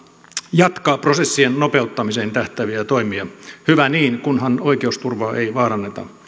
jatkaa prosessien nopeuttamiseen tähtääviä toimia hyvä niin kunhan oikeusturvaa ei vaaranneta